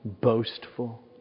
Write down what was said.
boastful